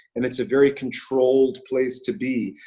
and it's a very controlled place to be,